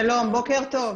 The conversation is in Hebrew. שלום, בוקר טוב.